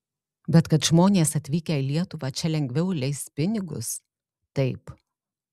bet kad žmonės atvykę į lietuvą čia lengviau leis pinigus taip